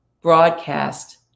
broadcast